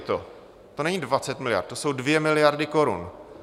To není 20 miliard, to jsou 2 miliardy korun.